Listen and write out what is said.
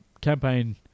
campaign